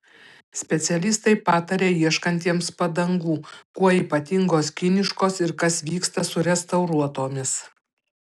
specialistai pataria ieškantiems padangų kuo ypatingos kiniškos ir kas vyksta su restauruotomis